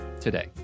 today